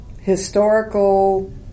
historical